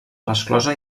resclosa